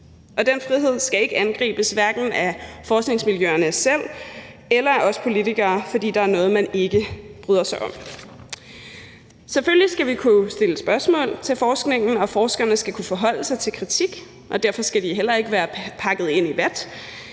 den frihed skal ikke angribes, hverken af forskningsmiljøerne selv eller af os politikere, fordi der er noget, man ikke bryder sig om. Selvfølgelig skal vi kunne stille spørgsmål til forskningen, og forskerne skal kunne forholde sig til kritik. Derfor skal de heller ikke være pakket ind i vat.